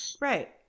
right